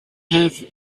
have